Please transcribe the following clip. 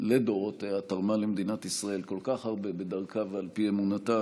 לדורותיה תרמה למדינת ישראל כל כך הרבה בדרכה ועל פי אמונתה,